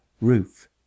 roof